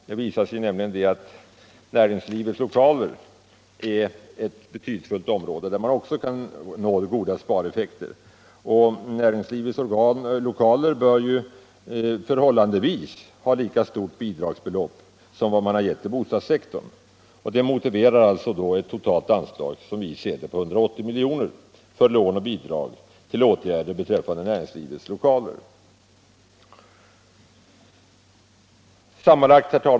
Det visar sig nämligen att näringslivets lokaler är ett betydelsefullt område, där man också kan nå goda effekter. Näringslivets lokaler bör ha förhållandevis lika stort bidragsbelopp som man gett till bostadssektorn. Det motiverar, som vi ser det, ett totalt anslag på 180 miljoner för lån och bidrag till åtgärder beträffande näringslivets lokaler.